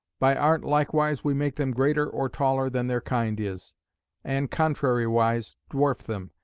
by art likewise, we make them greater or taller than their kind is and contrariwise dwarf them,